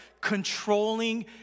controlling